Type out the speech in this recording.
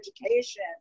education